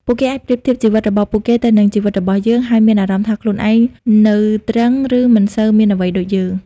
ពួកគេអាចប្រៀបធៀបជីវិតរបស់ពួកគេទៅនឹងជីវិតរបស់យើង ហើយមានអារម្មណ៍ថាខ្លួនឯងនៅទ្រឹង ឬមិនសូវបានអ្វីដូចយើង។